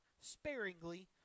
sparingly